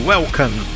Welcome